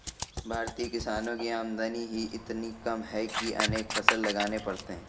भारतीय किसानों की आमदनी ही इतनी कम है कि अनेक फसल लगाने पड़ते हैं